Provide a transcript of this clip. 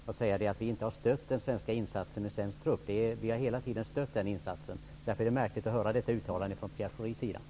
Han sade att vi inte har stött den svenska insatsen med svensk trupp. Det har vi hela tiden gjort. Därför är det märkligt att höra detta uttalande från Pierre Schori.